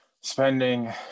spending